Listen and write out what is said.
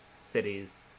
cities